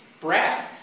Brad